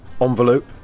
Envelope